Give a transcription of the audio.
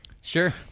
sure